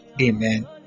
Amen